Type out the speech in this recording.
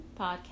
Podcast